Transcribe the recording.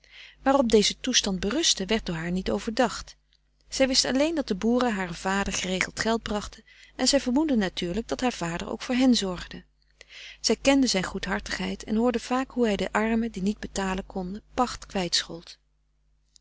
waarop deze toestand berustte werd door haar niet overdacht zij wist alleen dat de boeren haren vader geregeld geld brachten en zij vermoedde natuurlijk dat haar vader ook voor hen zorgde zij kende zijn goedhartigheid en hoorde vaak hoe hij den armen die niet betalen konden pacht